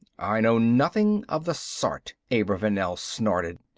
i know nothing of the sort. abravanel snorted.